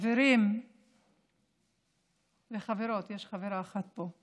חברים וחברות, יש חברה אחת פה,